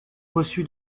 reçu